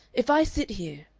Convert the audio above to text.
if i sit here,